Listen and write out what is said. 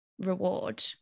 reward